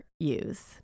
use